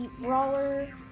brawler